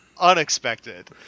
unexpected